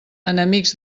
enemics